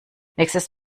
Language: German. nächstes